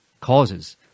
causes